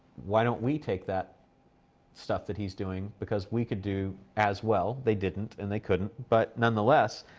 why don't we take that stuff that he's doing? because we could do as well. they didn't, and they couldn't. but, nonetheless,